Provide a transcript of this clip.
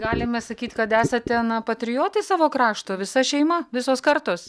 galime sakyt kad esate patriotai savo krašto visa šeima visos kartos